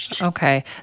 Okay